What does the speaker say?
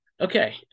okay